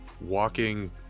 walking